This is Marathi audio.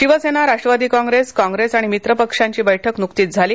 शिवसेना राष्ट्रवादी कॉग्रेस कॉग्रेस आणि मित्रपक्षांची बैठक नुकतीच झाली